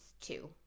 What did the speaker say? two